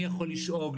אני יכול לשאוג,